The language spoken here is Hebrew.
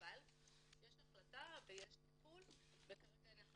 אבל יש החלטה ויש טיפול וכרגע אנחנו